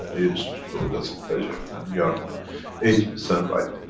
i used to do it as a pleasure, and you are eighty percent right,